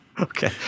Okay